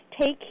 take